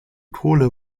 kohle